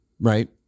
right